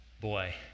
boy